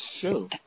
sure